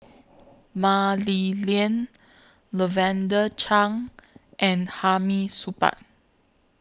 Mah Li Lian Lavender Chang and Hamid Supaat